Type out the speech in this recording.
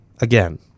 Again